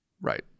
Right